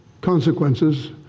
consequences